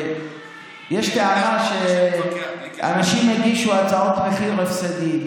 יש פה טענה שאנשים הגישו הצעות מחיר הפסדיות.